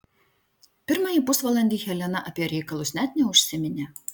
pirmąjį pusvalandį helena apie reikalus net neužsiminė